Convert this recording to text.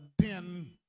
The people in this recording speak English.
den